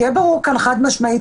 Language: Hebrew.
שיהיה ברור כאן חד משמעית,